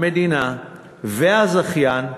המדינה והזכיין,